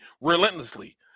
relentlessly